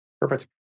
Perfect